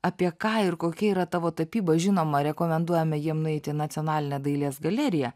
apie ką ir kokia yra tavo tapyba žinoma rekomenduojame jiem nueiti į nacionalinę dailės galeriją